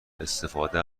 استفاده